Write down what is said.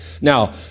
Now